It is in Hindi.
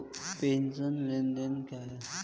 प्रेषण लेनदेन क्या है?